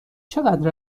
چقدر